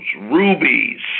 rubies